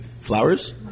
flowers